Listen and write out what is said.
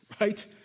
right